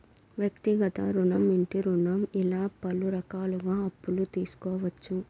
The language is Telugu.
వ్యక్తిగత రుణం ఇంటి రుణం ఇలా పలు రకాలుగా అప్పులు తీసుకోవచ్చు